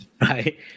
right